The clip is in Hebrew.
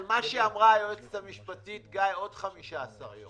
על מה שאמרה היועצת המשפטית, גיא, עוד 15 יום.